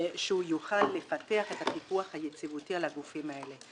שהוא יוכל לפתח את הפיקוח היציבותי על הגופים האלה.